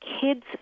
kids